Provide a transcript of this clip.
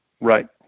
Right